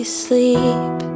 sleep